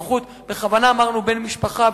בכוונה אמרנו שזה בנוכחות "בן משפחה",